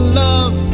love